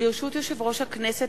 ברשות יושב-ראש הכנסת,